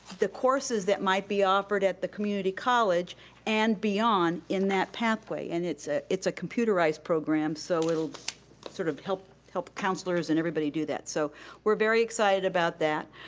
the courses that might be offered at the community college and beyond in that pathway, and it's ah it's a computerized program so it'll sort of help help counselors and everybody do that. so we're very excited about that.